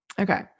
Okay